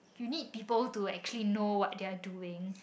you need people actually know what they're doing